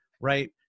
right